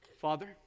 Father